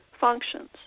functions